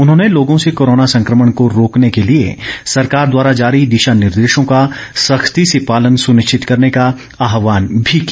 उन्होंने लोगों से कोरोना संकमण को रोकने के लिए सरकार द्वारा जारी दिशा निर्देशों का सख्ती से पालन सुनिश्चित करने का आहवान भी किया